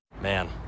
Man